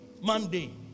Monday